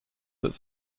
that